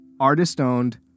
Artist-owned